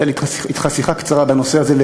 הייתה לי אתך שיחה קצרה בנושא הזה,